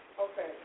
Okay